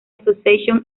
association